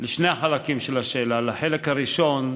לשני החלקים של השאלה: לחלק הראשון,